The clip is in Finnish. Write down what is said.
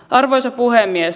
arvoisa puhemies